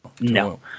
No